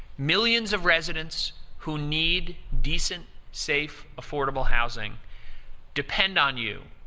millions of residents who need decent, safe, affordable housing depend on you,